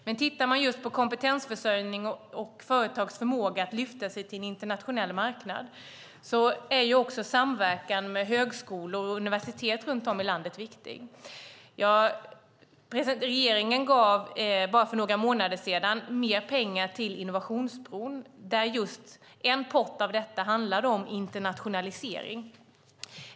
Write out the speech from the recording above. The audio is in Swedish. När det gäller just kompetensförsörjning och företags förmåga att lyfta sig till en internationell marknad är också samverkan med högskolor och universitet runt om i landet viktig. Regeringen gav för bara några månader sedan mer pengar till Innovationsbron där en pott handlar om internationalisering.